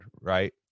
right